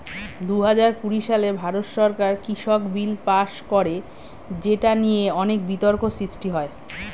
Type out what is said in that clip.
দুহাজার কুড়ি সালে ভারত সরকার কৃষক বিল পাস করে যেটা নিয়ে অনেক বিতর্ক সৃষ্টি হয়